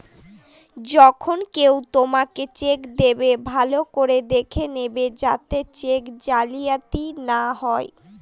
যখন কেউ তোমাকে চেক দেবে, ভালো করে দেখে নেবে যাতে চেক জালিয়াতি না হয়